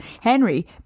Henry